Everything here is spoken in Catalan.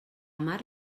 mar